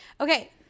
okay